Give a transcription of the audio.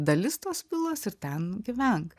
dalis tos vilos ir ten gyvenk